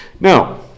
Now